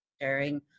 sharing